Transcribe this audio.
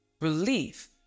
relief